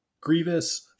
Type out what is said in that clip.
Grievous